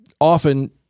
Often